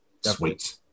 Sweet